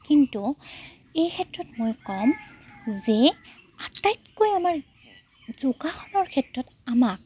কিন্তু এই ক্ষেত্ৰত মই ক'ম যে আটাইতকৈ আমাৰ যোগাসনৰ ক্ষেত্ৰত আমাক